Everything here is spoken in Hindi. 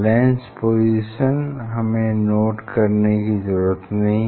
लेंस पोजीशन हमें नोट करने की जरुरत नहीं है